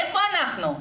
איפה אנחנו?